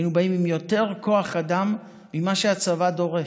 היינו באים עם יותר כוח אדם ממה שהצבא דורש.